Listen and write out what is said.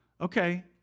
Okay